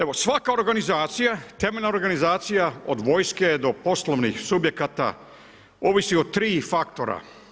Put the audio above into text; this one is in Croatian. Evo svaka organizacija, temeljna organizacija od vojske do poslovnih subjekata, ovisi o tri faktora.